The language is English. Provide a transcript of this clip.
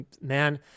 man